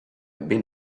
ben